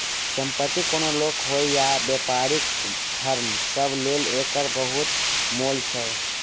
संपत्ति कोनो लोक होइ या बेपारीक फर्म सब लेल एकर बहुत मोल छै